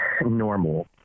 normal